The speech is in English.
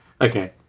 Okay